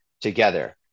together